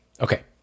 Okay